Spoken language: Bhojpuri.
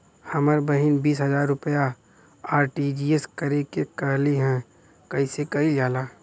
हमर बहिन बीस हजार रुपया आर.टी.जी.एस करे के कहली ह कईसे कईल जाला?